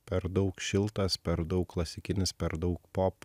per daug šiltas per daug klasikinis per daug pop